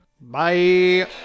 Bye